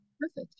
Perfect